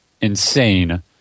insane